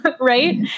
right